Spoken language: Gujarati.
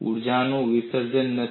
ઊર્જાનો કોઈ વિસર્જન નથી